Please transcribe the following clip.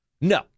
No